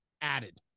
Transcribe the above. added